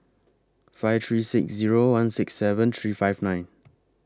five three six Zero one six seven three five nine